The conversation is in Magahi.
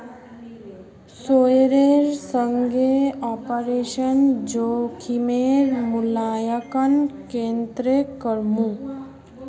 शेयरेर संगे ऑपरेशन जोखिमेर मूल्यांकन केन्ने करमू